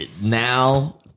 now